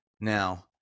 now